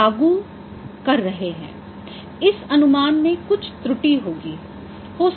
इस अनुमान में कुछ त्रुटि होगी